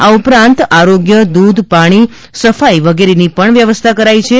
આ ઉપરાંત આરોગ્ય દૂધ પાણી સફાઇ વગેરેની પણ વ્યવસ્થા કરાઈ છે